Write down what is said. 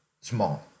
small